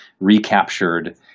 recaptured